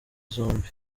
zombi